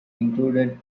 included